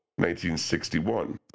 1961